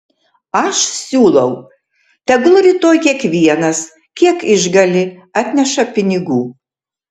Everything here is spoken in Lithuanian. aš siūlau tegul rytoj kiekvienas kiek išgali atneša pinigų